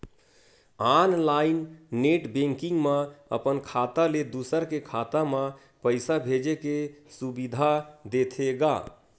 online net banking म अपन खाता ले दूसर के खाता म पइसा भेजे के सुबिधा देथे गा